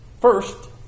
first